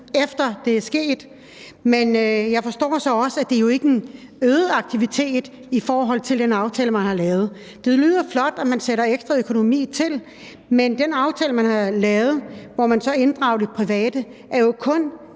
efter at det er sket. Men jeg forstår så også, at det jo ikke er en øget aktivitet i forhold til den aftale, man har lavet. Det lyder flot, at man sætter ekstra økonomi ind, men den aftale, man har lavet, og hvor man så inddrager det private, er jo kun